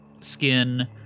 skin